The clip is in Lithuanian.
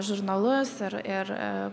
žurnalus ir ir